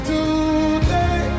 Today